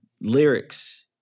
lyrics